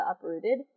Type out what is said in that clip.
Uprooted